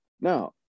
now